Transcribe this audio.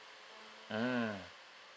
mm